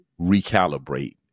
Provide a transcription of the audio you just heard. recalibrate